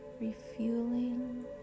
refueling